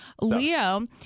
Leo